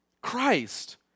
Christ